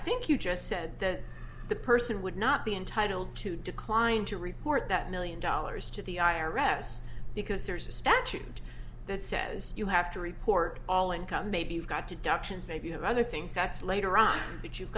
think you just said that the person would not be entitled to decline to report that million dollars to the i r s because there's a statute that says you have to report all income maybe you've got to adoption maybe you have other things that's later on but you've